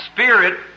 Spirit